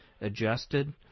adjusted